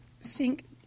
sink